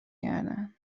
کردن